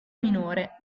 minore